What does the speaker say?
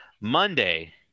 Monday